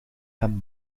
hem